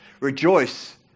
Rejoice